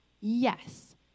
Yes